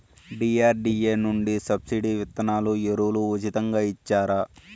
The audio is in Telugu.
డి.ఆర్.డి.ఎ నుండి సబ్సిడి విత్తనాలు ఎరువులు ఉచితంగా ఇచ్చారా?